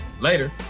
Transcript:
Later